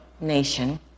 nation